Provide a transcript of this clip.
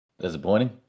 disappointing